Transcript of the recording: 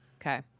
Okay